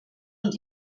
und